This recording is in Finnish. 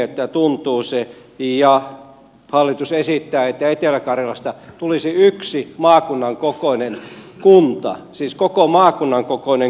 ihmeeltä tuntuu se ja hallitus esittää että etelä karjalasta tulisi yksi maakunnan kokoinen kunta siis koko maakunnan kokoinen kunta